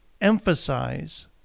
emphasize